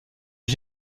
est